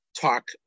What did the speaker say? talk